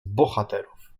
bohaterów